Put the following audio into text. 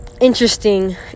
Interesting